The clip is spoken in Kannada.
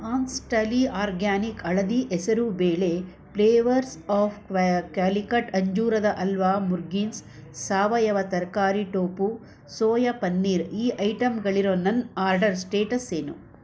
ಆನ್ಸ್ಟಲಿ ಆರ್ಗ್ಯಾನಿಕ್ ಹಳದಿ ಹೆಸರು ಬೇಳೆ ಪ್ಲೇವರ್ಸ್ ಆಫ್ ಕ್ವಾ ಕ್ಯಾಲಿಕಟ್ ಅಂಜೂರದ ಹಲ್ವಾ ಮುರ್ಗಿನ್ಸ್ ಸಾವಯವ ತರಕಾರಿ ಟೋಪು ಸೋಯ ಪನ್ನೀರ್ ಈ ಐಟಮ್ಗಳಿರೋ ನನ್ನ ಆರ್ಡರ್ ಸ್ಟೇಟಸ್ ಏನು